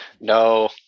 no